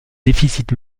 déficit